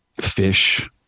fish